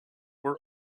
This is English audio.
were